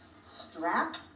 strap